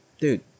dude